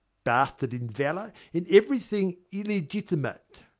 bastard in valour, in everything illegitimate.